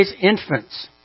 infants